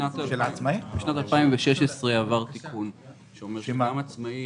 בשנת 2016 עבר תיקון שאומר שגם עצמאי